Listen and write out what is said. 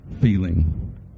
feeling